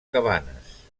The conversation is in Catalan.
cabanes